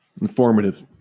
informative